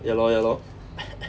ya lor ya lor